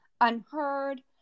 unheard